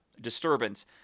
disturbance